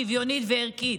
שוויונית וערכית.